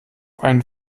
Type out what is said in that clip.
einen